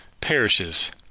perishes